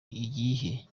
igihe